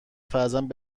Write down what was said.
فرزند